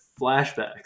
flashbacks